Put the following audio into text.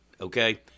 okay